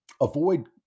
avoid